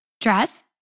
Dress